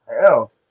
hell